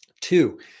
Two